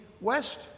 west